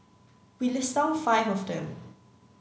we list down five of them